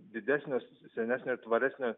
didesnis senesnė ir tvaresnė